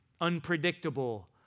unpredictable